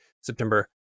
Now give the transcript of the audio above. September